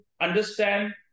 understand